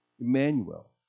Emmanuel